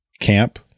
camp